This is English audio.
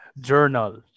journal